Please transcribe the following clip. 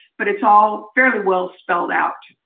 but it's all fairly well spelled out.